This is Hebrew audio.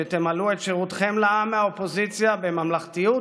שתמלאו את שירותכם לעם מהאופוזיציה בממלכתיות,